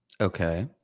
Okay